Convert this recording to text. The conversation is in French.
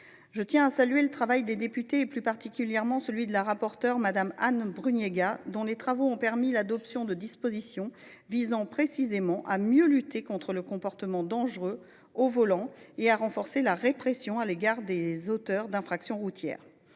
Je tiens à saluer le travail des députés, plus particulièrement celui de la rapporteur, Mme Anne Brugnera, dont les travaux ont permis l’adoption de dispositions visant précisément à mieux lutter contre les comportements dangereux au volant et à renforcer la répression à l’égard des auteurs d’infractions routières.